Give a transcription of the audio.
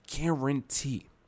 guarantee